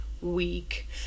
week